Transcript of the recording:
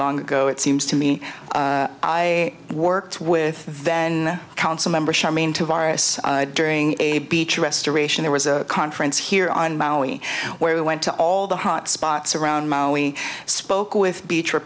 long ago it seems to me i worked with then council member charmaine to virus during a beach restoration there was a conference here on maui where we went to all the hot spots around mt we spoke with